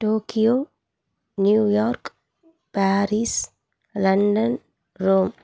Tokyo New York Paris London Rome